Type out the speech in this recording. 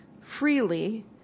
freely